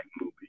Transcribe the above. movie